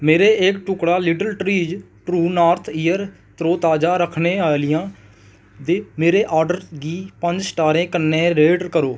मेरे इक टुकड़ा Little Trees True North air तरोताजा रक्खने आह्लियां दे मेरे आर्डर गी पंज स्टारें कन्नै रेट करो